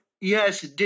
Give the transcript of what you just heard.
Yes